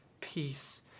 peace